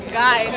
guy